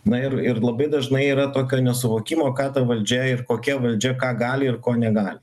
na ir ir labai dažnai yra tokio nesuvokimo ką ta valdžia ir kokia valdžia ką gali ir ko negali